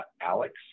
alex